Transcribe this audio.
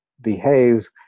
behaves